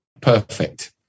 perfect